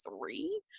three